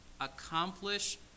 accomplish